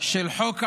של חוק העובד,